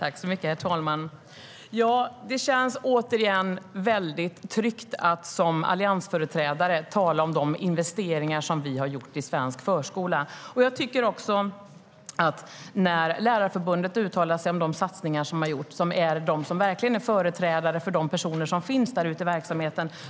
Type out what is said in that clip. Herr talman! Det känns återigen väldigt tryggt att som alliansföreträdare tala om de investeringar som vi har gjort i svensk förskola. Lärarförbundet uttalar sig om de satsningar som har gjorts - det är de som verkligen är företrädare för de personer som finns där ute i verksamheten.